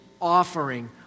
offering